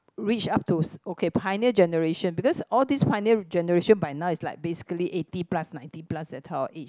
reach up to okay pioneer generation because all this pioneer generation by now is like basically eighty plus ninety plus that type of age